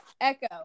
Echo